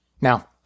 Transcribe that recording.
Now